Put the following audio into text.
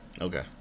Okay